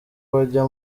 bajya